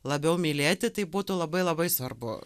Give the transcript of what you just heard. labiau mylėti tai būtų labai labai svarbu